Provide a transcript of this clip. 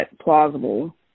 plausible